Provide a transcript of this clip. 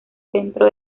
centro